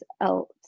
else